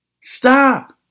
Stop